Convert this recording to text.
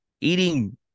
eating